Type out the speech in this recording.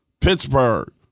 Pittsburgh